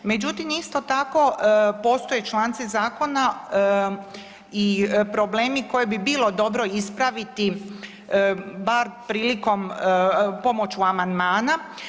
Međutim, isto tako postoje članci zakona i problemi koje bi bilo dobro ispraviti, bar prilikom, pomoću amandmana.